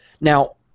Now